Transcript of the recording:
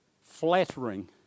flattering